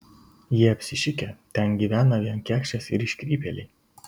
jie apsišikę ten gyvena vien kekšės ir iškrypėliai